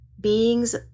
beings